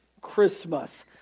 Christmas